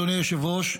אדוני היושב-ראש,